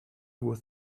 with